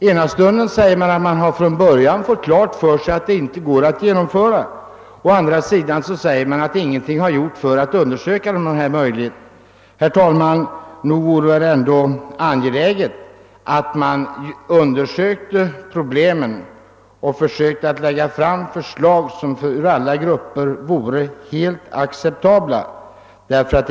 Ena stunden säger man att man från början har fått klart för sig att det inte går att genomföra reformen och å andra sidan säger man att ingenting har gjorts för att undersöka om det är möjligt. Nog vore det väl ändå, herr talman, angeläget att man undersökte problemet och försökte lägga fram förslag som vore helt acceptabla för alla grupper.